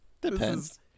Depends